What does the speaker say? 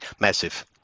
massive